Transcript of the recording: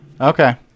Okay